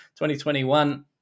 2021